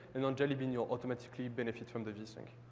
and on jelly bean, you'll automatically benefit from the vsync.